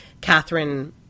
Catherine